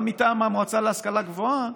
גם מטעם המועצה להשכלה גבוהה,